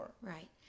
right